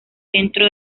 centro